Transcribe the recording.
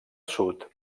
sud